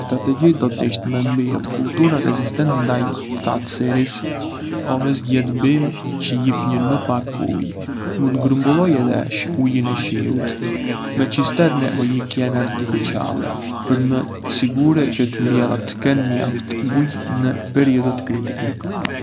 Një strategji do të ishte me mbjellë kultura rezistente ndaj thatësirës o me zgjedhë bimë çë lîpënjën më pak ujë. Mund të grumbulloj edhe ujin e shiut me cisterne o liqene artificiale, për me sigurue çë të mbjellat të kenë mjaft ujë në periudhat kritike.